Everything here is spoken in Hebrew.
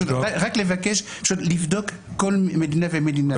רק לבקש לבדוק כל מדינה ומדינה.